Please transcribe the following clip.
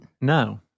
No